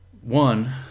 one